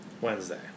Wednesday